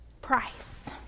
price